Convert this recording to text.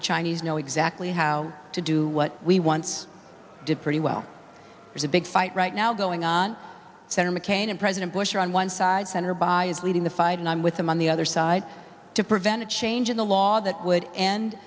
the chinese know exactly how to do what we once did pretty well is a big fight right now going on senator mccain and president bush are on one side senator by is leading the fight and i'm with them on the other side to prevent a change in the law that would and